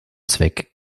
zweck